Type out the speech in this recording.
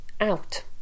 out